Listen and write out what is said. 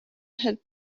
had